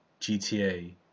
GTA